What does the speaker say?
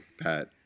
Pat